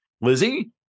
Lizzie